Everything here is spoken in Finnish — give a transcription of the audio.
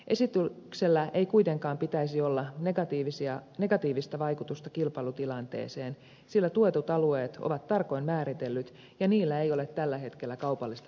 esityksellä ei kuitenkaan pitäisi olla negatiivista vaikutusta kilpailutilanteeseen sillä tuetut alueet ovat tarkoin määritellyt ja niillä ei ole tällä hetkellä kaupallista tarjontaa